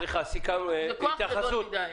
זה כוח גדול מדי.